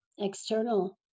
external